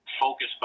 focus